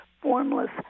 formless